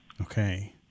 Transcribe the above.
Okay